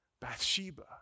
Bathsheba